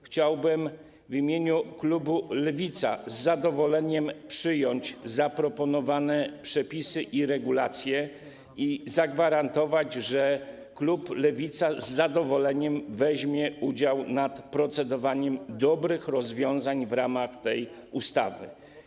Chciałbym w imieniu klubu Lewica z zadowoleniem przyjąć zaproponowane przepisy i regulacje i zagwarantować, że klub Lewica z zadowoleniem weźmie udział nad procedowaniem nad dobrymi rozwiązaniami w ramach tej ustawy.